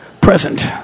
present